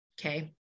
okay